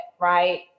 right